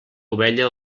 ovella